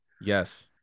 Yes